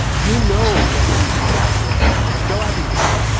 you know what you need to know about the rest of the world, go out and get it.